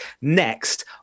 next